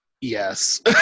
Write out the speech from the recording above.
yes